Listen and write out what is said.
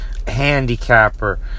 handicapper